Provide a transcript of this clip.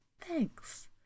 thanks